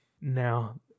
now